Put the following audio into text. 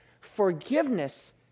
Forgiveness